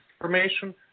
information